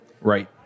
Right